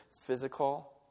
physical